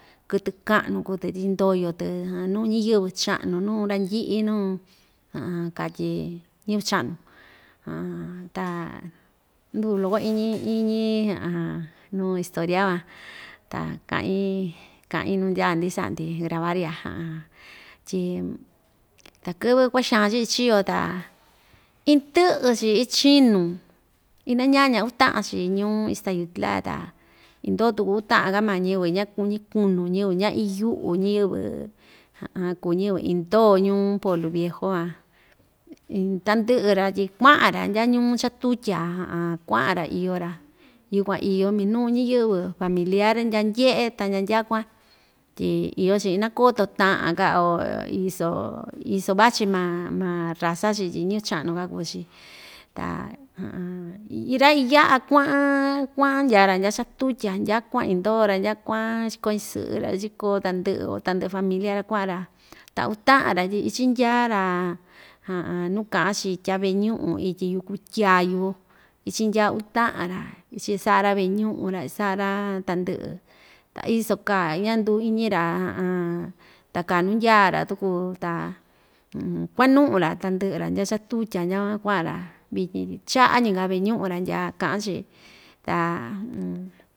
Kɨtɨ ka'nu kuu‑tɨ tyi ndoyo‑tɨ nuu ñiyɨvɨ cha'nu nuu randyi'i nuu katyi ñɨvɨ cha'nu ta nduu loko iñi iñi nuu historia van ta ka'i ka'i nuu ndyaa‑ndi sa'a‑ndi grabar iya tyi takɨ́vɨ kua'a xaan‑chi ichiyo ta indɨ'ɨ‑chi ichinu inañaña uta'an‑chi ñuu ixtayutla ya ta indoo tuku uta'an‑ka maa ñɨvɨ ña‑kuu‑ñi kunu ñɨvɨ ña‑iyu'u ñiyɨvɨ kuu ñɨvɨ indoo ñuu pueblo viejo van in tandɨ'ɨ‑ra tyi kua'an‑ra ndya ñuu chatutya kua'an‑ra iyo‑ra yukuan iyo minu ñiyɨvɨ familiar ndya ndye'e ta ndya ndyakuan tyi iyo‑chi inakoto ta'an‑ka o iso iso vachi maa ma raza‑chi tyi ñɨvɨ cha'nu‑ka kuu‑chi ta ra‑iya'a kua'an kua'an ndyaa‑ra ndya chatutya ndyakuan indoo‑ra ndyakuan chikó ñisɨ'ɨ‑ra ichikó tandɨ'ɨ o tandɨ'ɨ familia‑ra kua'an‑ra ta uta'an‑ra tyi ichindya‑ra nuu ka'an‑chi tya'a ve'e ñu'un ityi yuku tyayù ichindya uu ta'an‑ra ichi sa'a‑ra ve'e ñu'un‑ra isa'a‑ra tandɨ'ɨ ta iso kaa ñanduu iñi‑ra ta kaa nundya‑ra tuku ta kuanu'u‑ra tandɨ'ɨ‑ra ndya chatutya ndyakuan kua'an‑ra vityin tyi cha'a‑ñika ve'e ñu'un‑ra ndyaa ka'an‑chi ta.